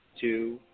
two